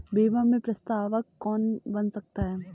बीमा में प्रस्तावक कौन बन सकता है?